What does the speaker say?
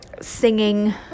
singing